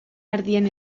ardien